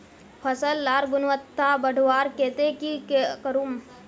फसल लार गुणवत्ता बढ़वार केते की करूम?